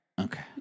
Okay